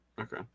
Okay